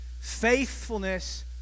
Faithfulness